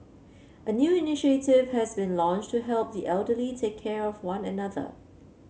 a new initiative has been launched to help the elderly take care of one another